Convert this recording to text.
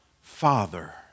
Father